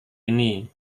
ini